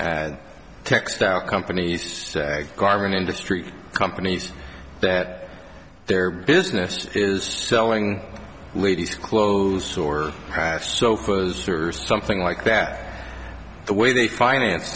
and textile companies garment industry companies that their business is selling ladies clothes or half so close to or something like that the way they finance